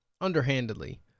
underhandedly